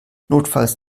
notfalls